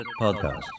Podcast